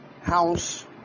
house